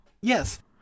Yes